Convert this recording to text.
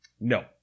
no